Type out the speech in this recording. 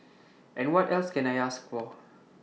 and what else can I ask for